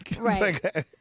Right